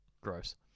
Gross